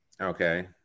Okay